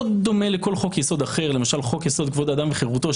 שזה לא דומה לכל חוק יסוד אחר למשל חוק-יסוד: כבוד האדם וחירותו,